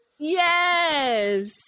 Yes